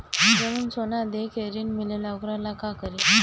जवन सोना दे के ऋण मिलेला वोकरा ला का करी?